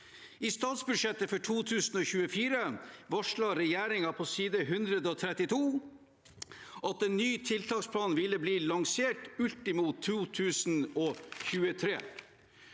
I statsbudsjettet for 2024 varslet regjeringen på side 132 at en ny tiltaksplan ville bli lansert ultimo 2023.